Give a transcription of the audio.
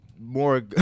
More